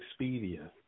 Expedia